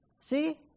See